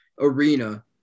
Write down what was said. arena